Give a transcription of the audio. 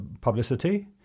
publicity